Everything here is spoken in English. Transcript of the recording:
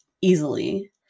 easily